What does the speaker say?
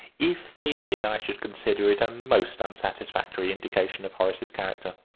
if they did, i should consider it a most unsatisfactory indication of horace's character.